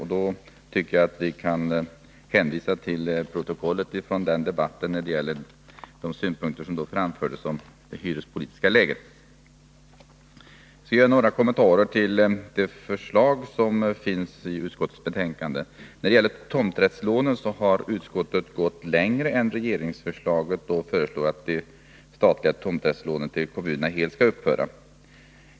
Jag tycker då att vi kan hänvisa till protokollet från den debatten när det gäller de synpunkter som framfördes om det hyrespolitiska läget. Jag skall göra några kommentarer till de förslag som finns i utskottets betänkande. När det gäller tomträttslånen har utskottet gått längre än regeringsförslaget och föreslår att de statliga tomträttslånen till kommunerna helt skall upphöra.